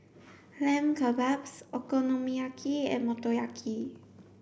Lamb Kebabs Okonomiyaki and Motoyaki